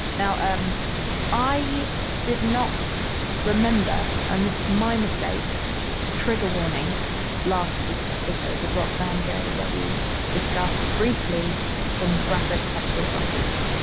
now, um i did not remember. and this is my mistake to trigger warning last week's episode with roxane gay, where we discussed briefly some graphic sexual violence.